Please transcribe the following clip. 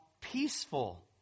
peaceful